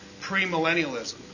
premillennialism